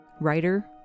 Writer